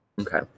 okay